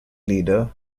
leader